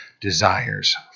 desires